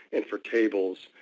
and for tables,